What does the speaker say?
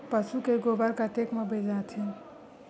पशु के गोबर कतेक म बेचाथे?